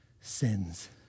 sins